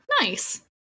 Nice